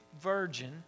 virgin